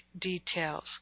details